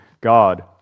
God